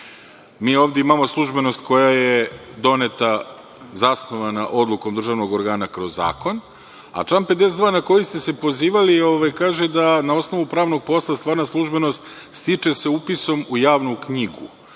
Mi ovde imamo službenost koja je doneta, zasnovana odlukom državnog organa kroz zakon, a član 52. na koji ste se pozivali kaže da na osnovu pravnog posla stvarna službenost stiče se upisom u javnu knjigu.